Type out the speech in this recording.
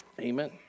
Amen